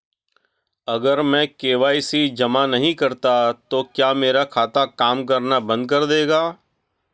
अगर मैं के.वाई.सी जमा नहीं करता तो क्या मेरा खाता काम करना बंद कर देगा?